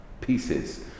pieces